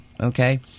Okay